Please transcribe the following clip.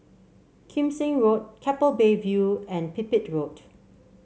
Kim Seng Road Keppel Bay View and Pipit Road